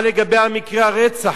מה לגבי מקרי הרצח?